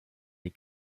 die